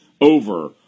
over